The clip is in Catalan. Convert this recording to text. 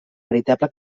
veritable